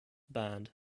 band